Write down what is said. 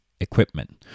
equipment